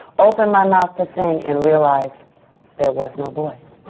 opened my mouth to sing, and realized there was no voice.